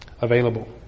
available